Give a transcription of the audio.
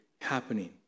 Happening